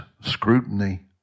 scrutiny